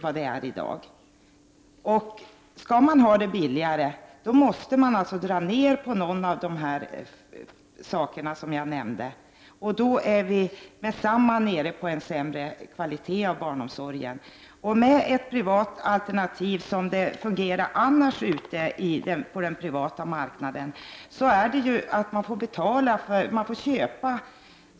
Om man vill göra verksamheten billigare, måste man dra ner på något av det som jag tidigare nämnde. Då är vi genast nere på lägre kvalitetsnivå när det gäller barnomsorgen. Med ett privat alternativ — om man ser på hur det annars fungerar på den privata marknaden — får man köpa sig kvalitet.